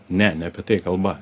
ne ne apie tai kalba